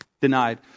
denied